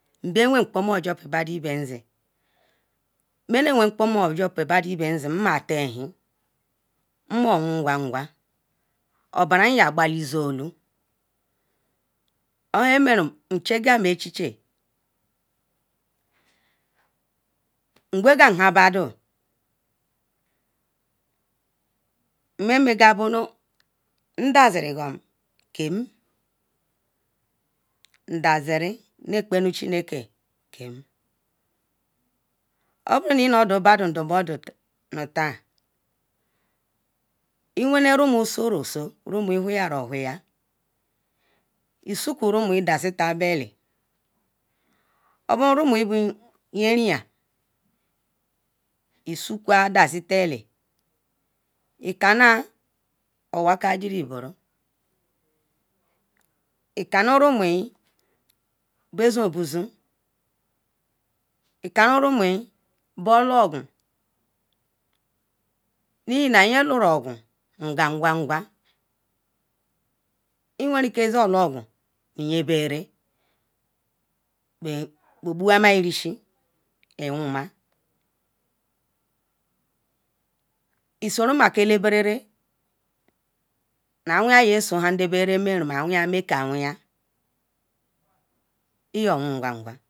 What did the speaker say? nbewen mkpomo jui pal badun ibenzi menewe mkpojul pal badon iben si nmatal hen nmowong uam quan ogbaran yo gbalizolu ohon meren n-i chegam ache che mgoga m nhan badon han may magal ndaziriga keen nakpanuchineke keem oboru indo badon mdo modo ketan oboro nul weru owhwere isoku rumuyin dasitabali obo roi rumyin yiri yen isokua ecanna owaka geri boro ikanurun ikanu rumuyin bozon bozon ikanu rumuyin bologu nu ihinnau ye roruogun ihina ye loga ogun wongaquan quan nu yiberu bobuwamel rishi iwoma isoromaker alaberela nu awin yan ye sondabe ralameru mawin yanmakawinyin lyowon quen quan